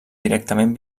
directament